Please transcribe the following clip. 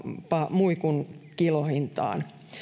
muikun kilohintaan